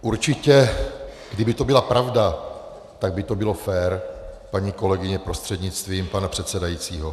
Určitě kdyby to byla pravda, tak by to bylo fér, paní kolegyně prostřednictvím pana předsedajícího.